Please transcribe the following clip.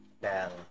bell